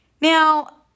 Now